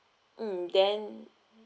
mm then